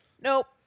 Nope